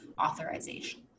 authorization